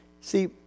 See